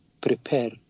prepare